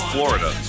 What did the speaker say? Florida